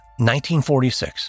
1946